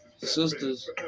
Sisters